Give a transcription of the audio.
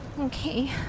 Okay